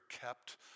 kept